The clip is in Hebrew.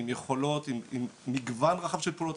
עם יכולות עם מגוון רחב של אתרים.